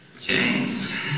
James